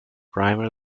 primary